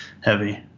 heavy